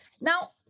Now